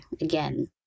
again